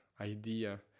idea